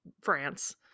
france